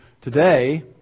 today